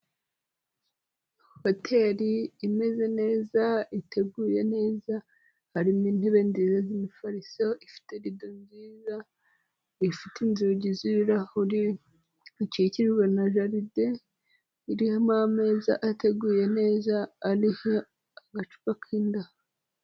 Hoteri imeze neza, iteguye neza, harimo intebe ndende, imifariso ifite rido nziza, ifite inzugi z'ibirahure, ikikijwe na jaride, irimo ameza ateguye neza ariho agacupa k'inda.